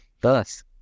Thus